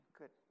good